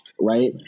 Right